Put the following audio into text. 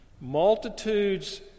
Multitudes